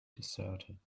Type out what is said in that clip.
deserted